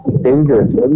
Dangerous